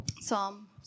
Psalm